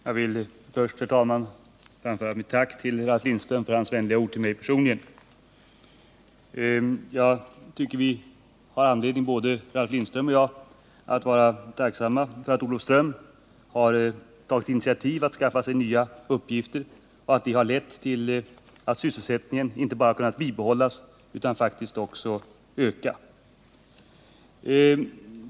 Herr talman! Jag vill först framföra mitt tack till Ralf Lindström för hans vänliga ord till mig personligen. Jag tycker att både Ralf Lindström och jag har anledning att vara tacksamma för att Olofström har tagit initiativ till att skaffa sig nya uppgifter och att det har lett till att sysselsättningen kunnat inte bara bibehållas utan faktiskt också öka.